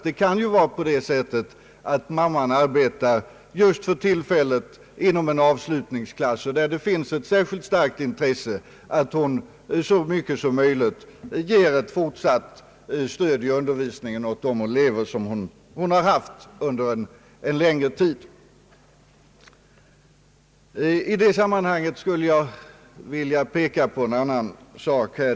Det kan ju vara på det sättet att mamman just för tillfället arbetar inom en avslutningsklass och det finns ett starkt intresse att hon så mycket som möjligt ger ett fortsatt stöd i undervis ningen av de elever som hon har haft en längre tid. I det sammanhanget skulle jag vilja peka på en annan sak.